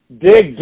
dig